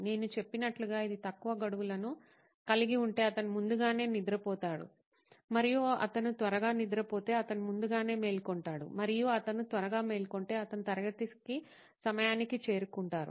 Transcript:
నేను చెప్పినట్లుగా ఇది తక్కువ గడువులను కలిగి ఉంటే అతను ముందుగానే నిద్రపోతారు మరియు అతను త్వరగా నిద్రపోతే అతను ముందుగానే మేల్కొంటారు మరియు అతను త్వరగా మేల్కొంటే అతను తరగతికి సమయానికి చేరుకుంటారు